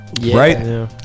Right